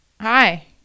hi